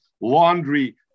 laundry